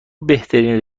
بهترین